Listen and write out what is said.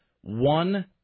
one